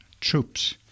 troops